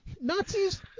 Nazis